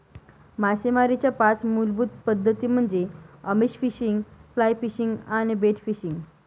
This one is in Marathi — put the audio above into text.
मासेमारीच्या पाच मूलभूत पद्धती म्हणजे आमिष फिशिंग, फ्लाय फिशिंग आणि बेट फिशिंग